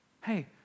Hey